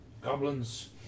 Goblins